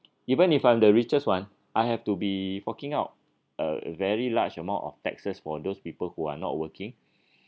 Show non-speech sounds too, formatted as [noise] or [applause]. even if I'm the richest one I have to be forking out a very large amount of taxes for those people who are not working [breath] or